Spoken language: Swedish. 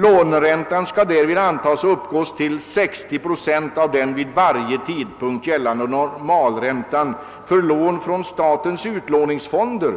Låneräntan skall därvid antas ha uppgått till 60 procent av den vid varje tidpunkt gällande normalräntan för lån från statens utlåningsfonder.